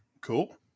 Cool